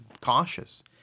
cautious